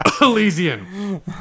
Elysian